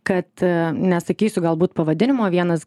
kad nesakysiu galbūt pavadinimo vienas